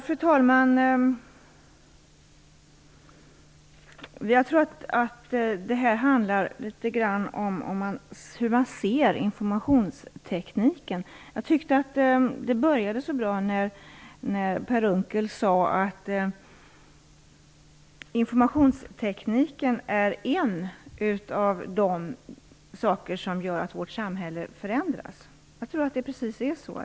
Fru talman! Jag tror att detta handlar litet grand om hur man ser informationstekniken. Jag tyckte att det började så bra när Per Unckel sade att informationstekniken är en av de saker som gör att vårt samhälle förändras. Jag tror att det är precis så.